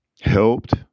helped